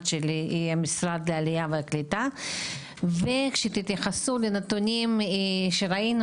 של משרד העלייה והקליטה ושתתייחסו לנתונים שראינו,